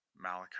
Malachi